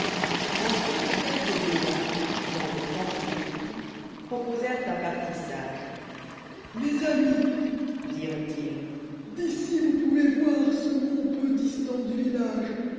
enfin quelques vieillards gens dé sens et d'espritj proposèrent un parti sage mes amis dirent-ils d'ici vbùs pouvez voir ce mont peu distant û village